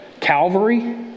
Calvary